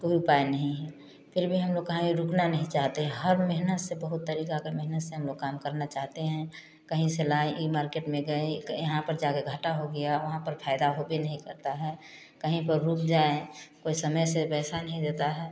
कोई उपाय नहीं है फिर भी हम लोग कहीं रुकना नहीं चाहते हैं हर मेहनत से बहुत तरीका के मेहनत से हम लोग काम करना चाहते हैं कहीं से लाएँ मार्केट में गए यहाँ पर जाकर घाटा हो गया वहाँ पर फायदा होबे नहीं करता है कहीं पर रुक जाएँ कोई समय से पैसा नहीं देता है